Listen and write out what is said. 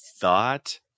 thought